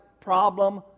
problem